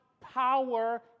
power